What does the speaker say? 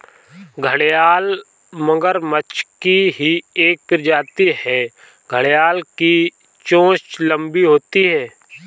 घड़ियाल मगरमच्छ की ही एक प्रजाति है घड़ियाल की चोंच लंबी होती है